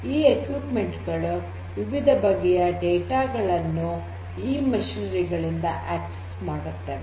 ಈ ಉಪಕರಣಗಳು ವಿವಿಧ ಬಗೆಯ ಡೇಟಾ ಗಳನ್ನು ಈ ಯಂತ್ರೋಪಕರಣಗಳಿಂದ ಆಕ್ಸೆಸ್ ಮಾಡುತ್ತವೆ